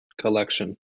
collection